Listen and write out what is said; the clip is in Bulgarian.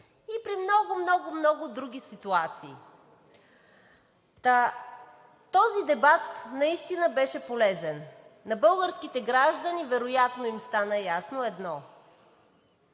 и при много, много, много други ситуации. Та този дебат наистина беше полезен. На българските граждани вероятно им стана ясно едно